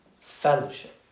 fellowship